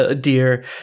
dear